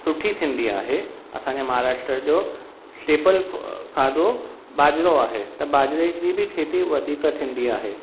सुठी थींदी आहे असांजे महाराष्ट्र जो टेपलफ खाधो बाजरो आहे बाजरे जी बि खेती वधीकु थींदी आहे